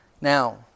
Now